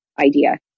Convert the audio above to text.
idea